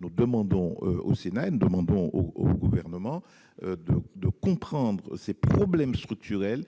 Nous demandons donc au Sénat et au Gouvernement de comprendre ces problèmes structurels